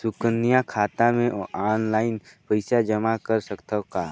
सुकन्या खाता मे ऑनलाइन पईसा जमा कर सकथव का?